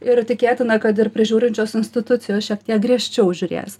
ir tikėtina kad ir prižiūrinčios institucijos šiek tiek griežčiau žiūrės